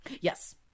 Yes